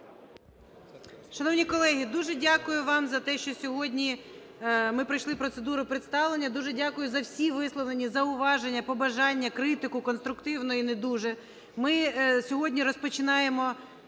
Шановні колеги, дуже дякую вам за те, що сьогодні ми пройшли процедуру представлення. Дуже дякую за всі висловлені зауваження, побажання, критику, конструктивну і не дуже.